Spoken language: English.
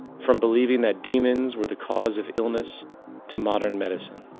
from believing that demons were the cause of illness to modern medicine.